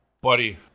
buddy